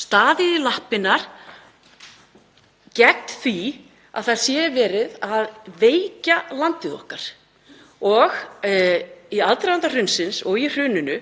staðið í lappirnar gegn því að verið sé að veikja landið okkar. Í aðdraganda hrunsins og í hruninu